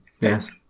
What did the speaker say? yes